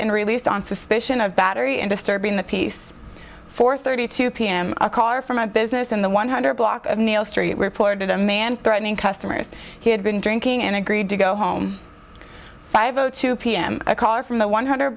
in released on suspicion of battery and disturbing the peace for thirty two pm a car from a business in the one hundred block of neil street reported a man threatening customers he had been drinking and agreed to go home five o two p m a caller from the one hundred